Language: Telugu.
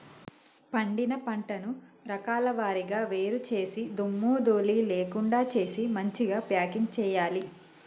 పండిన పంటను రకాల వారీగా వేరు చేసి దుమ్ము ధూళి లేకుండా చేసి మంచిగ ప్యాకింగ్ చేయాలి